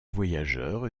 voyageur